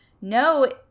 No